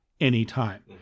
anytime